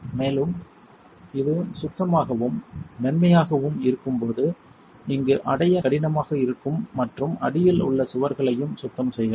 மேலும் இது சுத்தமாகவும் மென்மையாகவும் இருக்கும் போது இங்கு அடைய கடினமாக இருக்கும் மற்றும் அடியில் உள்ள சுவர்களையும் சுத்தம் செய்யலாம்